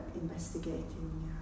investigating